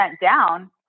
down